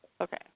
Okay